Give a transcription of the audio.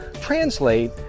translate